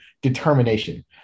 determination